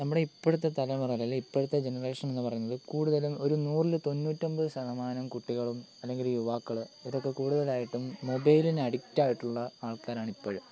നമ്മുടെ ഇപ്പോഴത്തെ തലമുറ അല്ലേൽ ഇപ്പോഴത്തെ ജനറേഷനെന്ന് പറയുന്നത് കൂടുതലും ഒരു നൂറില് തൊണ്ണൂറ്റൊമ്പത് ശതമാനം കുട്ടികളും അല്ലെങ്കിൽ യുവാക്കൾ ഇവരൊക്കെ കൂടുതലായിട്ടും മൊബൈലിന് അഡിക്റ്റായിട്ടുള്ള ആൾക്കാരാണിപ്പോഴും